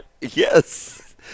Yes